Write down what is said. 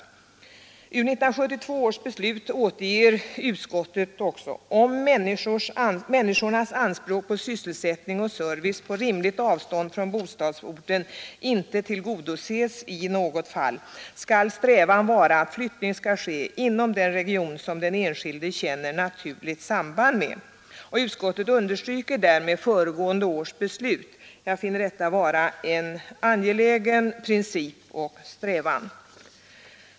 Ur 1972 års beslut återger utskottet: ”Om människornas anspråk på sysselsättning och service på rimligt avstånd från bostadsorten inte kan tillgodoses i något fall, skall strävan vara att flyttning skall ske inom den region som den enskilde känner naturligt samband med.” Utskottet understryker därmed föregående års beslut och jag finner detta vara en angelägen princip och strävan.